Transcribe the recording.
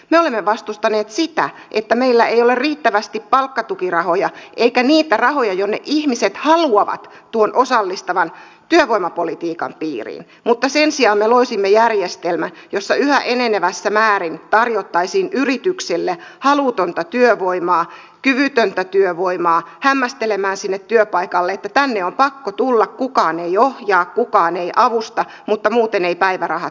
me olemme vastustaneet sitä että meillä ei ole riittävästi palkkatukirahoja eikä niitä rahoja joilla ihmiset haluavat tuon osallistavan työvoimapolitiikan piiriin mutta sen sijaan me loisimme järjestelmän jossa yhä enenevässä määrin tarjottaisiin yritykselle halutonta työvoimaa kyvytöntä työvoimaa hämmästelemään sinne työpaikalle että tänne on pakko tulla kukaan ei ohjaa kukaan ei avusta mutta muuten eivät päivärahat juokse